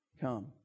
come